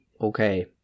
okay